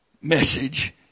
message